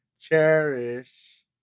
cherish